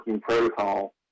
protocol